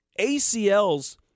ACLs